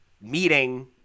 meeting –